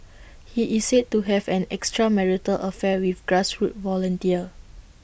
he is said to have had an extramarital affair with grassroots volunteer